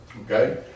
Okay